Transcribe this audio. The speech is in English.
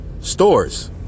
stores